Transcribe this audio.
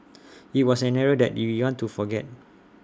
IT was an era that we want to forget